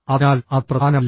അതിനാൽ അത് പ്രധാനമല്ല